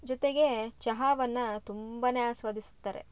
ಜೊತೆಗೆ ಚಹಾವನ್ನು ತುಂಬ ಆಸ್ವಾದಿಸುತ್ತಾರೆ